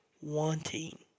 wanting